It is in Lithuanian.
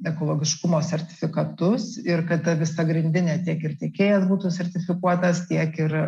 ekologiškumo sertifikatus ir kad ta visa grandinė tiek ir tiekėjas būtų sertifikuotas tiek ir